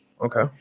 Okay